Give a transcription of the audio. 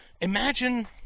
Imagine